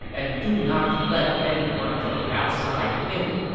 and do not let anyone from the outside in.